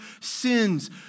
sins